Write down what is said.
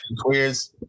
queers